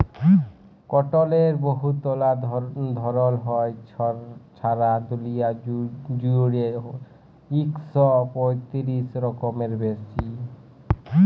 কটলের বহুতলা ধরল হ্যয়, ছারা দুলিয়া জুইড়ে ইক শ পঁয়তিরিশ রকমেরও বেশি